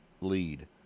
lead